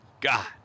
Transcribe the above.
God